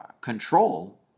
control